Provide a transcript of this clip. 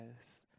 Yes